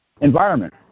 environment